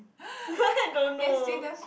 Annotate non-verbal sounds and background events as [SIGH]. [LAUGHS] I don't know